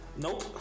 Nope